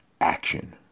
action